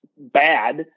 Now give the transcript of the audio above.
bad